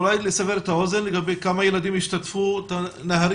אולי לסבר את האוזן לגבי כמה ילדים השתתפו בנהריה?